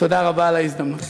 תודה רבה על ההזדמנות.